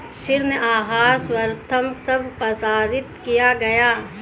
ऋण आहार सर्वप्रथम कब प्रसारित किया गया?